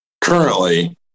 currently